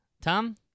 Tom